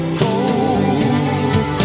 cold